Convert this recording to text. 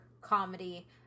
comedy